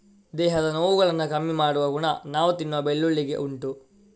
ದೇಹದ ನೋವುಗಳನ್ನ ಕಮ್ಮಿ ಮಾಡುವ ಗುಣ ನಾವು ತಿನ್ನುವ ಬೆಳ್ಳುಳ್ಳಿಗೆ ಉಂಟು